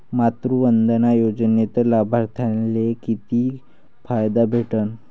मातृवंदना योजनेत लाभार्थ्याले किती फायदा भेटन?